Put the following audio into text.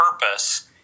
purpose